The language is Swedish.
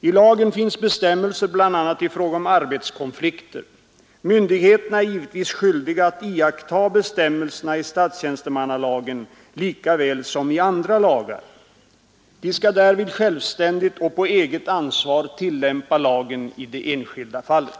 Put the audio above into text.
I lagen finns bestämmelser bl.a. i fråga om arbetskonflikter. Myndigheterna är givetvis skyldiga att iaktta bestämmelserna i statstjänstemannalagen lika väl som i andra lagar. De skall därvid självständigt och på eget ansvar tillämpa lagen i det enskilda fallet.